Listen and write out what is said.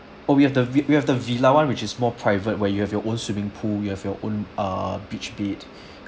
oh we have the we we have the villa [one] which is more private where you have your own swimming pool you have your own uh beach bed